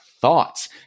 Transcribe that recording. thoughts